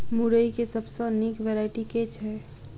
मुरई केँ सबसँ निक वैरायटी केँ छै?